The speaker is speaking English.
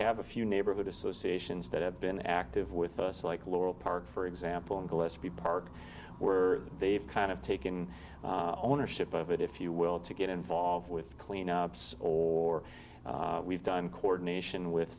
have a few neighborhood associations that have been active with us like laurel park for example in gillespie park where they've kind of taken ownership of it if you will to get involved with clean ups or we've done coordination with